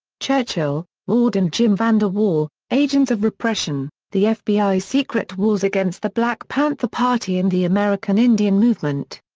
churchill, ward and jim vander wall agents of repression the fbi's secret wars against the black panther party and the american indian movement.